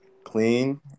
Clean